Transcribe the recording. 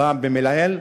הפעם במלעיל,